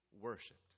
worshipped